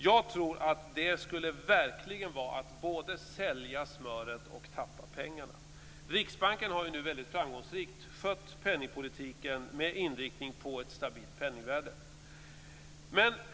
Jag tror att det verkligen skulle vara att sälja smöret och tappa pengarna. Riksbanken har nu väldigt framgångsrikt skött penningpolitiken med inriktning på ett stabilt penningvärde.